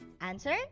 Answer